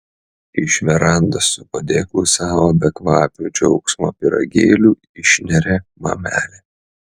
iš verandos su padėklu savo bekvapių džiaugsmo pyragėlių išneria mamelė